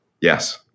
Yes